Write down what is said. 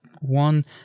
one